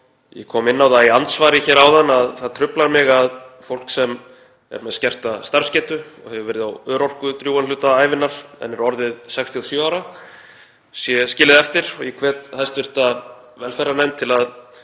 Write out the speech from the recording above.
Ég kom inn á það í andsvari hér áðan að það truflar mig að fólk sem er með skerta starfsgetu og hefur verið á örorku drjúgan hluta ævinnar en er orðið 67 ára sé skilið eftir og ég hvet hv. velferðarnefnd til að